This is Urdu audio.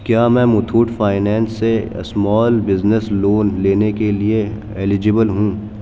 کیا میں متھوٹ فائننس سے اسمال بزنس لون لینے کے لیے ایلیجبل ہوں